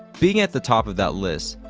being at the top of that list,